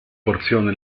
porzione